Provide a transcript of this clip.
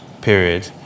period